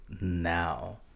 now